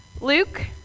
luke